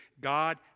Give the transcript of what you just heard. God